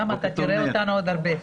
אוסאמה, אתה תראה אותנו עוד הרבה.